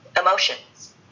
Emotions